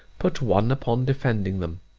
put one upon defending them?